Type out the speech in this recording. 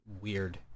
weird